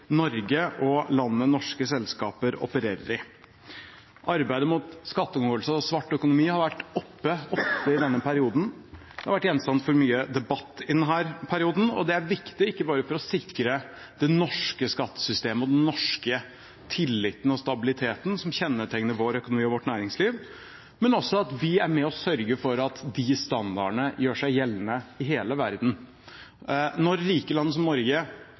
Norge og i landene norske selskap opererer i. Arbeidet mot skatteomgåelse og svart økonomi har ofte vært oppe i denne perioden. Det har vært gjenstand for mye debatt i denne perioden, og det er viktig, ikke bare for å sikre det norske skattesystemet og den tilliten og stabiliteten som kjennetegner vår økonomi og vårt næringsliv, men også for at vi er med og sørger for at de standardene gjør seg gjeldende i hele verden. Når rike land som Norge